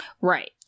Right